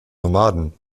nomaden